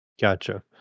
Gotcha